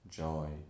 joy